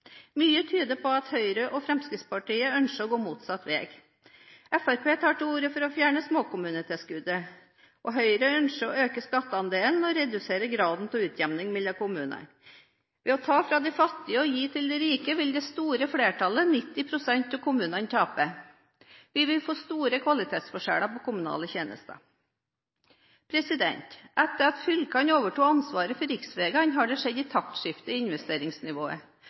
Mye tyder på at Høyre og Fremskrittspartiet ønsker å gå motsatt vei. Fremskrittspartiet tar til orde for å fjerne småkommunetilskuddet. Høyre ønsker å øke skatteandelen og redusere graden av utjamning mellom kommunene. Ved å ta fra de fattige og gi til de rike vil det store flertallet av kommunene – 90 pst. – tape. Vi vil få store kvalitetsforskjeller på kommunale tjenester. Etter at fylkene overtok ansvaret for riksveiene, har det skjedd et taktskifte i investeringsnivået.